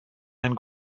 ein